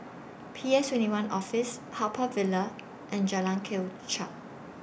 P S twenty one Office Haw Par Villa and Jalan Kelichap